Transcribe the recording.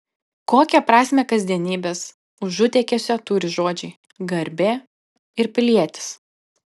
kokią prasmę kasdienybės užutėkiuose turi žodžiai garbė ir pilietis